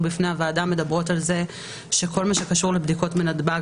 בפני הוועדה מדברים על כך שבכל מה שקשור לבדיקות לנתב"ג,